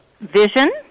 Vision